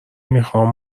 میخوام